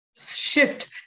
shift